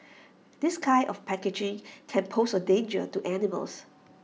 this kind of packaging can pose A danger to animals